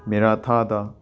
ꯃꯦꯔꯥ ꯊꯥꯗ